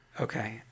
Okay